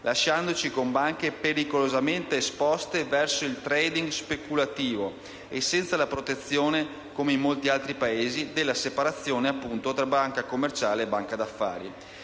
lasciandoci con banche pericolosamente esposte verso il *trading* speculativo e senza la protezione - come in molti altri Paesi - della separazione tra banca commerciale e banca d'affari.